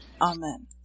Amen